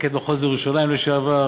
מפקד מחוז ירושלים לשעבר,